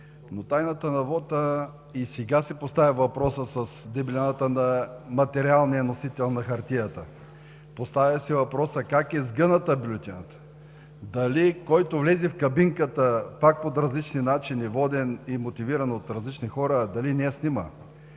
За тайната на вота и сега се поставя въпросът с дебелината на материалния носител, на хартията. Поставя се въпросът как е сгъната бюлетината, дали който влезе в кабинката, пак по различни начини, воден и мотивиран от различни хора, дали не я снима.